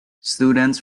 students